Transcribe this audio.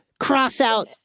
crossout